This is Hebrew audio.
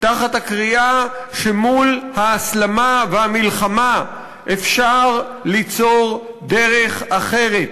תחת הקריאה שמול ההסלמה והמלחמה אפשר ליצור דרך אחרת,